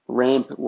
ramp